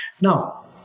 Now